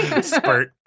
Spurt